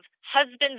husbands